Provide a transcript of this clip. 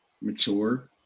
mature